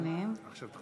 זאת מנת